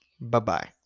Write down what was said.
Bye-bye